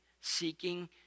seeking